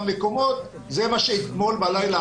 מקומות זה מה שעשינו אתמול בלילה